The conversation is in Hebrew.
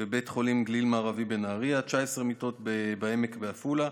חולים גליל מערבי בנהריה, 19 מיטות בעמק בעפולה.